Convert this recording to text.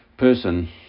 Person